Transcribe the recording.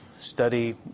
study